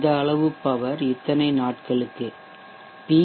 இந்த அளவு பவர் இத்தனை நாட்களுக்கு பி